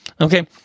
okay